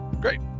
Great